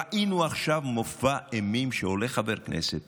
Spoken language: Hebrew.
ראינו עכשיו מופע אימים, שעולה חבר כנסת